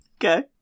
Okay